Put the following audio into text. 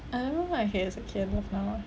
I don't know what as a kid hate but I love now